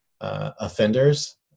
offenders